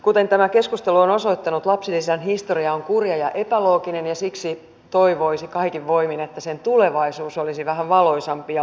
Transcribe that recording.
kuten tämä keskustelu on osoittanut lapsilisän historia on kurja ja epälooginen ja siksi toivoisi kaikin voimin että sen tulevaisuus olisi vähän valoisampi ja loogisempi